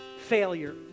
failure